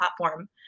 platform